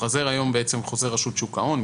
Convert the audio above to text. החוזר היום הוא חוזר שוק ההון,